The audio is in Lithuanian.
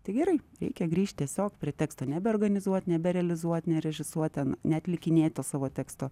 tai gerai reikia grįšt tiesiog prie teksto nebeorganizuot neberealizuot nerežisuot ten neatlikinėt to savo teksto